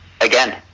again